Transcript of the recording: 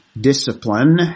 discipline